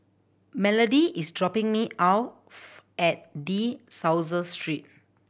Melodie is dropping me at De Souza Street